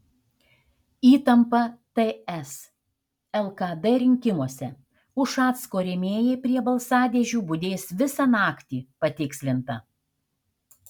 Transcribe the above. įtampa ts lkd rinkimuose ušacko rėmėjai prie balsadėžių budės visą naktį patikslinta